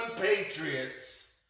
patriots